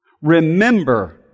Remember